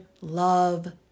love